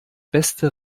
beste